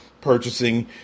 purchasing